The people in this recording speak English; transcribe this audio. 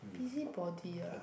busybody ah